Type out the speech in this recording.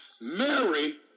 Mary